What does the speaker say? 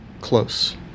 close